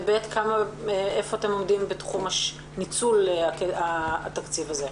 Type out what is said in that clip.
ושנית, איפה אתם עומדים בתחום ניצול התקציב הזה.